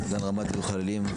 סגן רמ"ד זיהוי חללים,